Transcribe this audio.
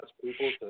people